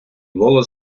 волос